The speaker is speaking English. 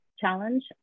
challenge